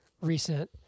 recent